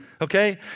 Okay